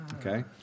Okay